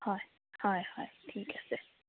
হয় হয় হয় ঠিক আছে